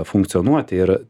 funkcionuoti ir